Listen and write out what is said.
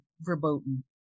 verboten